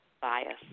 bias